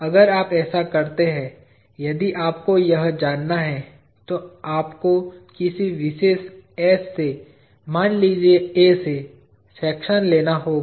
अगर आप ऐसा करते है यदि आपको यह जानना है तो आपको किसी विशेष s से मान लीजिए A से सेक्शन लेना होगा